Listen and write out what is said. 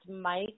Mike